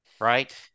right